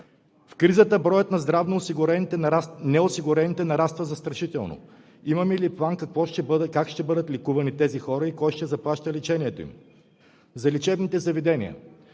В кризата броят на здравнонеосигурените нараства застрашително. Имаме ли план как ще бъдат лекувани тези хора и кой ще заплаща лечението им? За лечебните заведения.